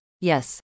Yes